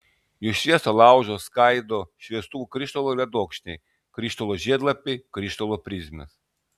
jų šviesą laužo skaido šviestuvo krištolo ledokšniai krištolo žiedlapiai krištolo prizmės